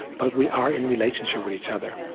but we are in relationship with each other